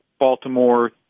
Baltimore